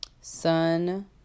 Sun